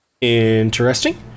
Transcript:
Interesting